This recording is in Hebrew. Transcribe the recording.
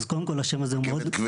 אז קודם כל השם הזה -- כבדה.